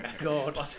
God